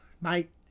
mate